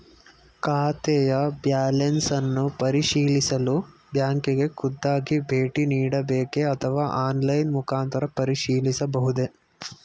ಖಾತೆಯ ಬ್ಯಾಲೆನ್ಸ್ ಅನ್ನು ಪರಿಶೀಲಿಸಲು ಬ್ಯಾಂಕಿಗೆ ಖುದ್ದಾಗಿ ಭೇಟಿ ನೀಡಬೇಕೆ ಅಥವಾ ಆನ್ಲೈನ್ ಮುಖಾಂತರ ಪರಿಶೀಲಿಸಬಹುದೇ?